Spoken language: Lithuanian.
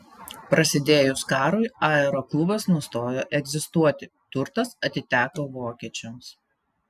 prasidėjus karui aeroklubas nustojo egzistuoti turtas atiteko vokiečiams